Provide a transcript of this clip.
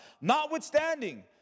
Notwithstanding